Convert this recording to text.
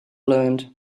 learned